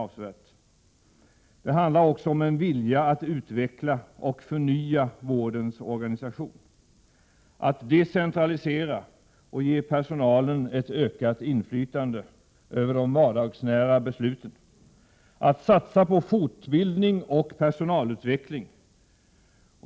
Det handlar också om en vilja att utveckla och förnya vårdens organisation, att decentralisera och ge personalen ett ökat inflytande i de vardagsnära besluten och att satsa på fortbildning och personalutveckling.